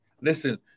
listen